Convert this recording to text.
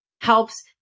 helps